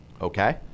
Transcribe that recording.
Okay